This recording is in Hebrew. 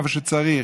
איפה שצריך.